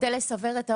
כדי לסבר את האוזן,